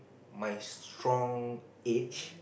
my strong age